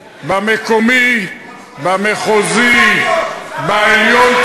במקומי, במחוזי, בעליון.